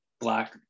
black